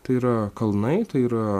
tai yra kalnai tai yra